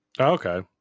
Okay